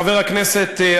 חבר הכנסת,